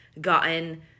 gotten